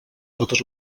totes